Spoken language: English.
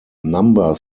number